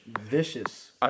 vicious